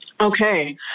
Okay